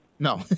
No